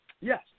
Yes